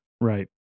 Right